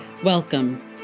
Welcome